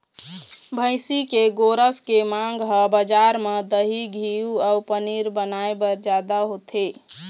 भइसी के गोरस के मांग ह बजार म दही, घींव अउ पनीर बनाए बर जादा होथे